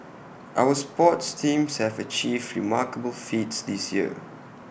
our sports teams have achieved remarkable feats this year